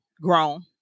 grown